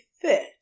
fit